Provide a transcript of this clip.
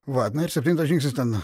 va na ir septintas žingsnis ten